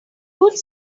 could